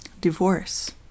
Divorce